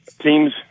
Teams